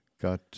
got